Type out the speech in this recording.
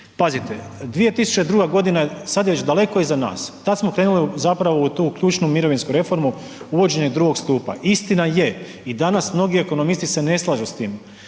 Pazite, 2002. godina sada je već daleko iza nas, tada smo krenuli zapravo u tu ključnu mirovinsku reformu uvođenje drugog stupa. Istina je i danas mnogi ekonomisti se ne slažu s time,